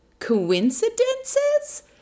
Coincidences